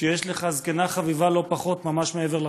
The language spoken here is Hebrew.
כשיש לך זקנה חביבה לא פחות ממש מעבר לרחוב?